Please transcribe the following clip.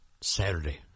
Saturday